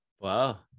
wow